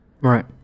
Right